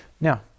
Now